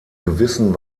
gewissen